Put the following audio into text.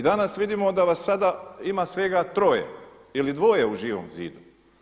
I danas vidimo da vas sada ima svega troje ili dvoje u Živom zidu.